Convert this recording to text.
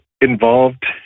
Involved